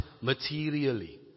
Materially